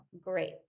great